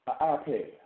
iPad